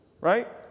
Right